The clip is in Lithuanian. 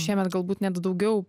šiemet galbūt net daugiau